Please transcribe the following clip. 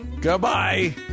Goodbye